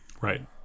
Right